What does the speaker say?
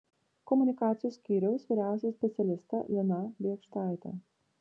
komunikacijos skyriaus vyriausioji specialistė lina biekštaitė